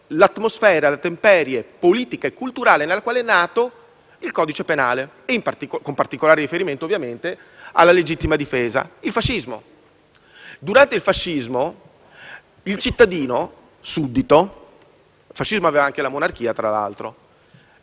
l'atmosfera, la temperie politica e culturale nella quale è nato il codice penale, con particolare riferimento ovviamente alla legittima difesa: il fascismo. Durante il fascismo, il cittadino, che è suddito (perché in epoca fascista c'era anche la monarchia), delega